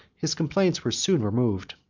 his complaints were soon removed.